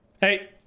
Hey